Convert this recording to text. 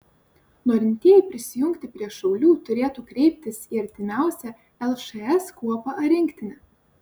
norintieji prisijungti prie šaulių turėtų kreiptis į artimiausią lšs kuopą ar rinktinę